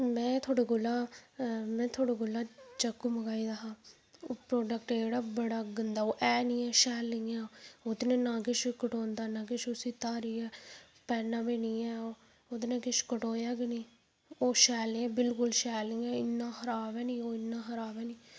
में थुआडे कोला में थुआढ़े कोला चाकू मगवाए दा हा ओह् प्रोडक्ट जेहडा़ बड़ा गंदा ऐ शैल नी ऐ ओह्दे कन्नै ना किश कटोंदा ना किश उसी धारी ऐ पैना बी नी ऐ ओह्दे नै किश कटोआ बी नेईं ओह् शैल नेईं बिल्कुल शैल नीं ओह् इन्ना खराब ऐ